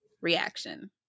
reaction